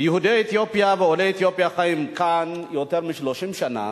יהודי אתיופיה ועולי אתיופיה חיים כאן יותר מ-30 שנה